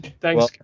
Thanks